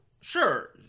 Sure